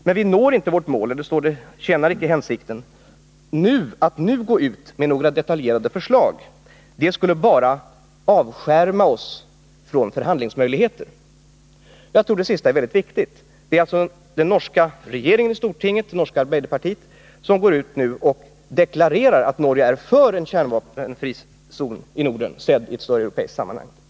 Men vi når icke vårt mål — ”det tjener ikke hensikten” — genom att nu gå ut med några detaljerade förslag. Det skulle bara avskärma oss från förhandlingsmöjligheter. Jag tror att det sistnämnda är väldigt viktigt. Det är alltså den norska regeringen, det norska arbeiderpartiet och stortinget som går ut och deklarerar att Norge är för en kärnvapenfri zon i Norden, sett i ett större europeiskt sammanhang.